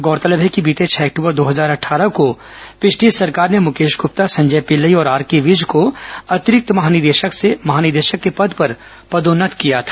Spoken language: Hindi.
गौरतलब है कि बीते छह अक्टूबर दो हजार अट्ठारह को पिछली सरकार ने मुकेश गुप्ता संजय पिल्लई और आरके विज को अतिरिक्त महानिदेशक से महानिदेशक के पद पर पदोन्नत किया था